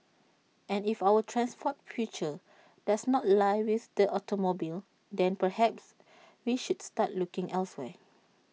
and if our transport future does not lie with the automobile then perhaps we should start looking elsewhere